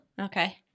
Okay